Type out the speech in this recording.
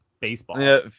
Baseball